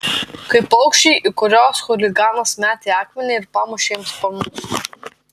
kaip paukščiai į kuriuos chuliganas metė akmenį ir pamušė jiems sparnus